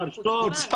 שתוק כבר, שתוק.